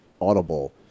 Audible